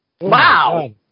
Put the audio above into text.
Wow